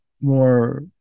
more